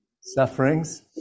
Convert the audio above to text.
Sufferings